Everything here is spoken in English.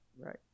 right